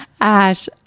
ash